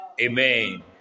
Amen